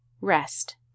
rest